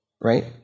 Right